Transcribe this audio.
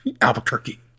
Albuquerque